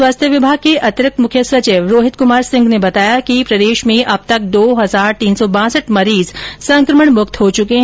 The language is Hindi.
स्वास्थ्य विभाग के अतिरिक्त मुख्य सचिव रोहित कुमार सिंह ने बताया कि प्रदेश में अब तक दो हजार तीन सौ बांसठ मरीज संकमण मुक्त हो चुके है